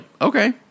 okay